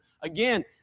Again